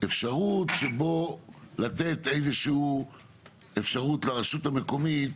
אפשרות שבה ניתן לתת איזושהי אפשרות לרשות המקומית,